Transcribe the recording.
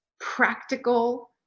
practical